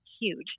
huge